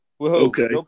Okay